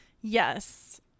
Yes